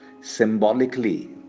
symbolically